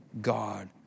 God